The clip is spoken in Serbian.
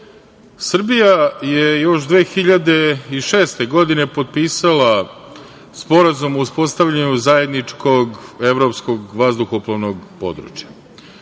Srbija je još 2006. godine potpisala Sporazum o uspostavljanju zajedničkog evropskog vazduhoplovnog područja.